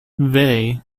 vai